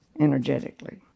energetically